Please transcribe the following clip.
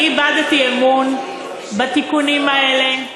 אני איבדתי אמון בתיקונים האלה,